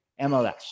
MLS